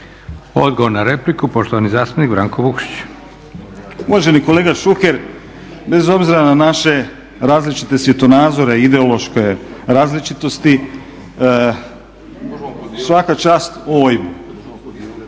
Odgovor na repliku poštovani zastupnik Branko Vukšić. **Vukšić, Branko (Nezavisni)** Uvaženi kolega Šuker, bez obzira na naše različite svjetonazore i ideološke različitosti svaka čast OIB-u.